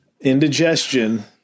indigestion